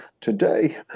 today